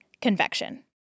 convection